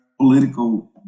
political